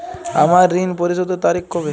আমার ঋণ পরিশোধের তারিখ কবে?